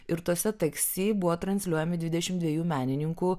ir tuose taksi buvo transliuojami dvideišmt dviejų menininkų